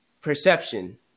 perception